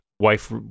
wife